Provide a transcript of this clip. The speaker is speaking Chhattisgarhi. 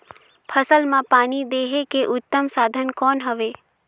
फसल मां पानी देहे के उत्तम साधन कौन हवे?